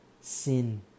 sin